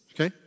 Okay